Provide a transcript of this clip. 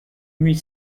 huit